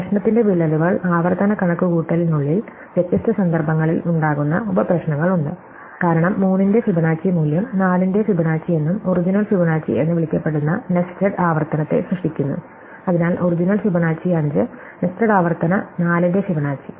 പ്രശ്നത്തിന്റെ വിള്ളലുകൾ ആവർത്തന കണക്കുകൂട്ടലിനുള്ളിൽ വ്യത്യസ്ത സന്ദർഭങ്ങളിൽ ഉണ്ടാകുന്ന ഉപപ്രശ്നങ്ങളുണ്ട് കാരണം 3 ന്റെ ഫിബൊനാച്ചി മൂല്യം 4 ന്റെ ഫിബൊനാച്ചി എന്നും ഒറിജിനൽ ഫിബൊനാച്ചി എന്ന് വിളിക്കപ്പെടുന്ന നെസ്റ്റഡ് ആവർത്തനത്തെ സൃഷ്ടിക്കുന്നു അതിനാൽ ഒറിജിനൽ ഫിബൊനാച്ചി 5 നെസ്റ്റഡ് ആവർത്തന 4 ന്റെ ഫിബൊനാച്ചി